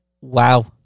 wow